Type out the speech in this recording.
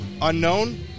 unknown